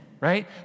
right